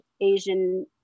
Asian